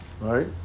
right